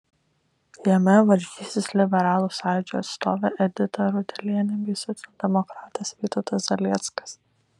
jame varžysis liberalų sąjūdžio atstovė edita rudelienė bei socialdemokratas vytautas zalieckas